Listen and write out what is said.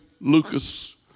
Lucas